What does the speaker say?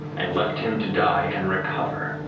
and left him to die and recover